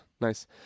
Nice